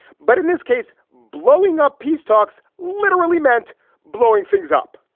but in this case, blowing up peace talks literally meant blowing things up,